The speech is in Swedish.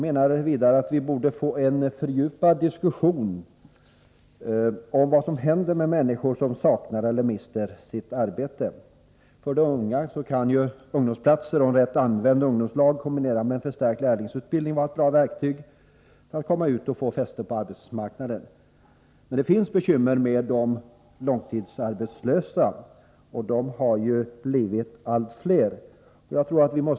Vi borde också få en fördjupad diskussion om vad som händer med människor som saknar eller mister ett arbete. För de unga kan ungdomsplatser och rätt använd ungdomslag kombinerat med förstärkt lärlingsutbildning vara ett bra verktyg som hjälper dem att få fäste på arbetsmarknaden. Men det finns bekymmer med de långtidsarbetslösa, och de har blivit allt fler.